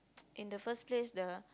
in the first place the